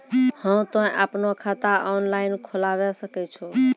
हाँ तोय आपनो खाता ऑनलाइन खोलावे सकै छौ?